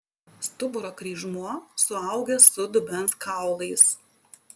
stuburo kryžmuo suaugęs su dubens kaulais